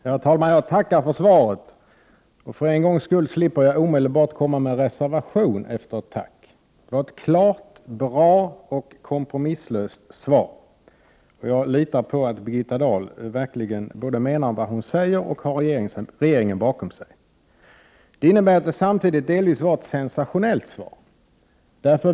Herr talman! Jag tackar för svaret. För en gångs skull slipper jag att omedelbart komma med en reservation efter tacket. Det var ett klart, bra och kompromisslöst svar. Jag litar på att Birgitta Dahl verkligen menar vad hon säger och har regeringen bakom sig. Detta innebär att det samtidigt delvis var ett sensationellt svar.